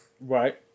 Right